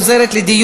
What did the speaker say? נתקבלה.